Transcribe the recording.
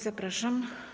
Zapraszam.